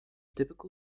typical